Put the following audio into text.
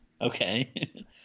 Okay